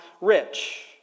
rich